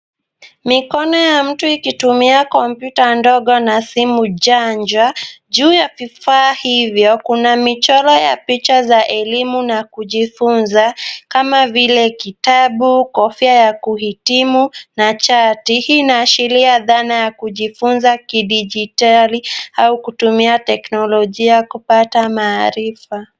Mikono ya mtu ikitumia kompyuta ndogo na simu janja. Juu ya kifaa hivyo kuna michoro ya picha za elimu na kujifunza kama vile kitabu, kofia ya kuhitimu na chati. Hii inaashiria dhana ya kujifunza kidijitali au kutumia teknolojia kupata maarifa.